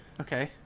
Okay